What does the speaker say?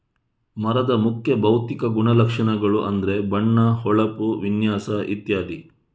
ಮರದ ಮುಖ್ಯ ಭೌತಿಕ ಗುಣಲಕ್ಷಣಗಳು ಅಂದ್ರೆ ಬಣ್ಣ, ಹೊಳಪು, ವಿನ್ಯಾಸ ಇತ್ಯಾದಿ